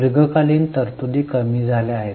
दीर्घकालीन तरतुदी कमी झाल्या आहेत